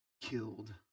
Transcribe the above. killed